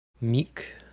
meek